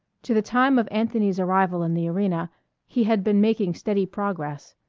to the time of anthony's arrival in the arena he had been making steady progress.